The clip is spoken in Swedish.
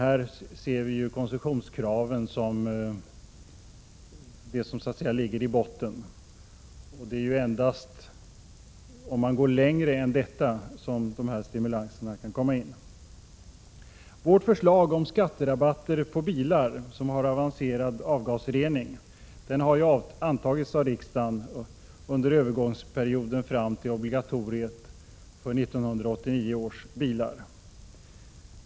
Här ser vi koncessionskraven ligga i botten så att säga; det är endast om man går längre än till att uppfylla de kraven som dessa stimulanser kan komma in. Vårt förslag om skatterabatter på bilar som har avancerad avgasrening har ju antagits av riksdagen under övergångsperioden fram till obligatoriet för 1989 års bilar.